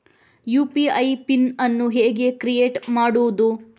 UPI PIN ಅನ್ನು ಹೇಗೆ create ಮಾಡುದು?